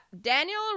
Daniel